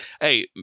Hey